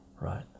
right